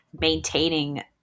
maintaining